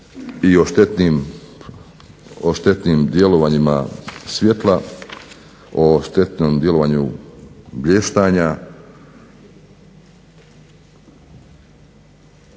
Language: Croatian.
I o štetnim djelovanjima svjetla, o štetnom djelovanju blještanja,